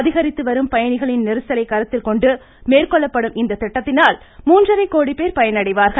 அதிகரித்து வரும் பயணிகளின் நெரிசலைக் கருத்தில் கொண்டு மேற்கொள்ளப்படும் இந்த திட்டத்தினால் மூன்றரைகோடி பேர் பயனடைவார்கள்